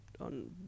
on